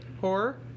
horror